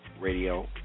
Radio